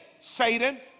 Satan